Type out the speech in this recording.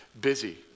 busy